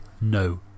no